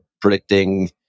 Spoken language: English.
predicting